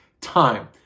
time